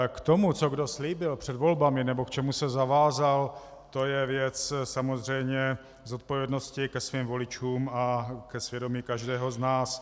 K tomu, co kdo slíbil před volbami nebo k čemu se zavázal, to je věc samozřejmě zodpovědnosti ke svým voličům a ke svědomí každého z nás.